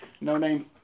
no-name